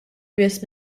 biss